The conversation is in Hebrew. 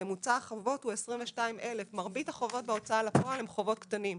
ממוצע החובות הוא 22,000. מרבית החובות בהוצאה לפועל הם חובות קטנים.